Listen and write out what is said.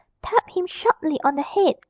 tapped him sharply on the head,